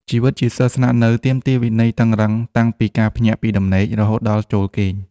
ជីវិតជាសិស្សស្នាក់នៅទាមទារវិន័យតឹងរ៉ឹងតាំងពីការភ្ញាក់ពីដំណេករហូតដល់ចូលគេង។